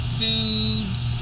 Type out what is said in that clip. foods